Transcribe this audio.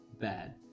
bad